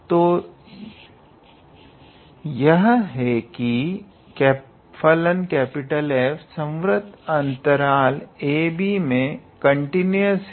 तो यह है कि फलन F संवर्त अंतराल ab में कंटीन्यूअस है